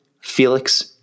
Felix